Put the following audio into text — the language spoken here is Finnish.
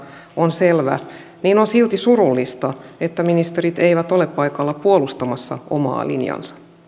on selvä niin on silti surullista että ministerit eivät ole paikalla puolustamassa omaa linjaansa